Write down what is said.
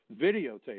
videotape